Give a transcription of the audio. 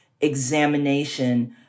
examination